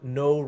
no